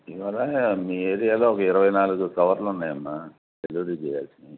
ఇవాళ మీ ఏరియాలో ఒక ఇరవై నాలుగు కవర్లు ఉన్నాయన్నా డెలివరీ చెయ్యాల్సినవి